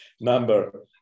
number